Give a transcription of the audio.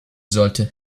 sollte